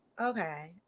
Okay